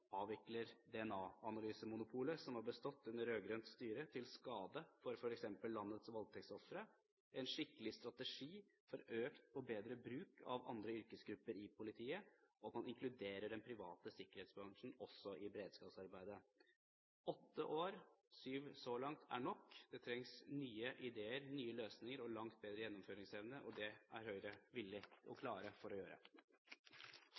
avvikler DNA-analysemonopolet, som har bestått under rød-grønt styre, til skade for f.eks. landets voldtektsofre, en skikkelig strategi for økt og bedre bruk av andre yrkesgrupper i politiet, og at man inkluderer den private sikkerhetsbransjen også i beredskapsarbeidet. Åtte år – syv så langt – er nok. Det trengs nye ideer, nye løsninger og langt bedre gjennomføringsevne. Det er Høyre villig til og klar for å